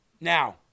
Now